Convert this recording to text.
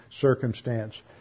circumstance